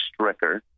Stricker